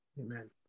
Amen